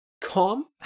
calm